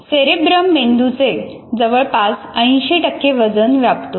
cerebrum मेंदूचे जवळपास 80 टक्के वजन व्यापतो